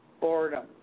boredom